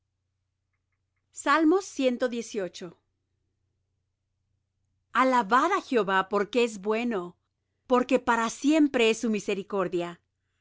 aleluya alabad á jehová porque es bueno porque para siempre es su misericordia